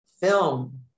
film